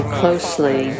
closely